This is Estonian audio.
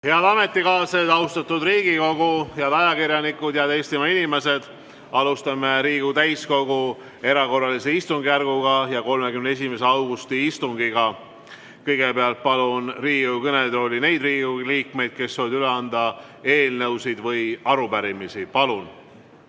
Head ametikaaslased, austatud Riigikogu, head ajakirjanikud, head Eestimaa inimesed! Alustame Riigikogu täiskogu erakorralise istungjärgu 31. augusti istungit. Kõigepealt palun Riigikogu kõnetooli neid Riigikogu liikmeid, kes soovivad üle anda eelnõusid või arupärimisi. Palun!